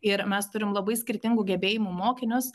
ir mes turime labai skirtingų gebėjimų mokinius